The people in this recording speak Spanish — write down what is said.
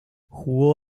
jugó